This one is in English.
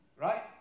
Right